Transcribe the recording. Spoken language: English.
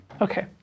Okay